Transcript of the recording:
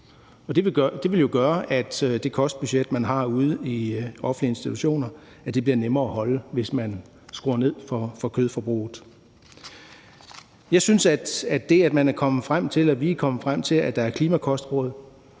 det ville jo gøre, at det kostbudget, man har ude i de offentlige institutioner, bliver nemmere at holde, hvis man skruer ned for kødforbruget. Jeg synes, at det, at vi er kommet frem til, at der er klimakostråd,